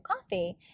coffee